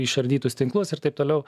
išardytus tinklus ir taip toliau